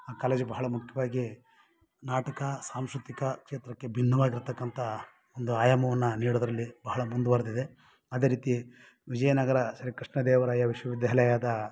ಆ ಕಾಲೇಜು ಬಹಳ ಮುಖ್ಯವಾಗಿ ನಾಟಕ ಸಾಂಸ್ಕೃತಿಕ ಕ್ಷೇತ್ರಕ್ಕೆ ಭಿನ್ನವಾಗಿರ್ತಕ್ಕಂಥ ಒಂದು ಆಯಾಮವನ್ನು ನೀಡೋದರಲ್ಲಿ ಬಹಳ ಮುಂದುವರೆದಿದೆ ಅದೇ ರೀತಿ ವಿಜಯನಗರ ಶ್ರೀಕೃಷ್ಣ ದೇವರಾಯ ವಿಶ್ವವಿದ್ಯಾಲಯದ